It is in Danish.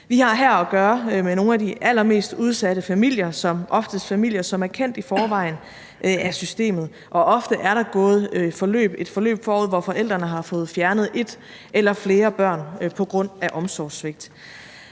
Vi har her at gøre med nogle af de allermest udsatte familier; som oftest familier, som er kendt i forvejen af systemet. Og ofte er der gået et forløb forud, hvor forældrene har fået fjernet et eller flere børn på grund af omsorgssvigt.